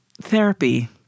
therapy